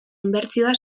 inbertsioa